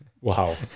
Wow